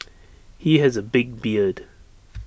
he has A big beard